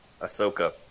Ahsoka